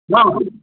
ହଁ